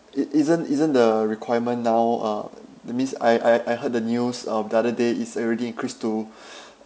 it isn't isn't the requirement now uh that means I I I heard the news of the other day it's already increased to